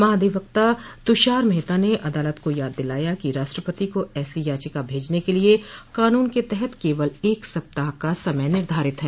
महाधिवक्ता तुषार मेहता न अदालत को याद दिलाया कि राष्ट्रपति को ऐसी याचिका भेजने के लिए कानून के तहत केवल एक सप्ताह का समय निर्धारित है